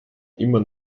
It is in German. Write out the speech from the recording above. immer